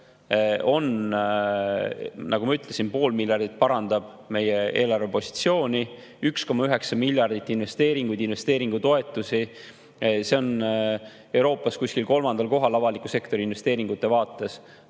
nagu ma ütlesin, poole miljardiga parandab eelarvepositsiooni, 1,9 miljardit on investeeringuid, investeeringutoetusi. Oleme Euroopas vist kolmandal kohal avaliku sektori investeeringute vaates.